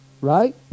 right